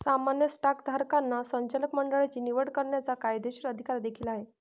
सामान्य स्टॉकधारकांना संचालक मंडळाची निवड करण्याचा कायदेशीर अधिकार देखील आहे